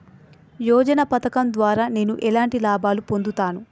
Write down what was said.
యోజన పథకం ద్వారా నేను ఎలాంటి లాభాలు పొందుతాను?